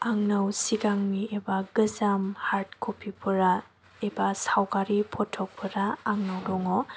आंनाव सिगांनि एबा गोजाम हार्द क'पिफोरा एबा सावगारि फथ'फोरा आंनाव दङ